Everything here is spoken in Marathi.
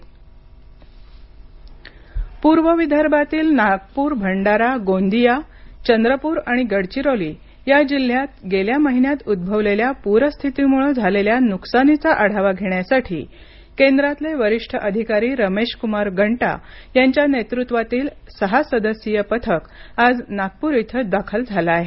केंद्रीय पथक पूर्व विदर्भातील नागपूर भंडारा गोंदीया चंद्रपूर आणि गडचिरोली या जिल्ह्यात गेल्या महिन्यात उद्भवलेल्या पूरस्थितीमुळे झालेल्या नुकसानीचा आढावा घेण्यासाठी केंद्रातले वरीष्ठ अधिकारी रमेश कुमार गंटा यांच्या नेतृत्वातील सहा सदस्यीय पथक आज नागपुर इथं दाखल झालं आहे